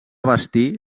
bastir